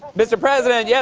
mr. president, yeah